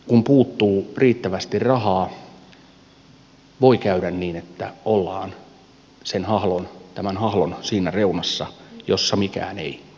kun puuttuu riittävästi rahaa voi käydä niin että ollaan tämän hahlon siinä reunassa jossa mikään ei muutu